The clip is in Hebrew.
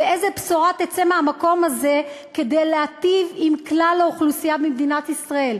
ואיזו בשורה תצא מהמקום הזה כדי להיטיב עם כלל האוכלוסייה במדינת ישראל,